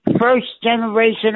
first-generation